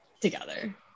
together